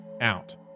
out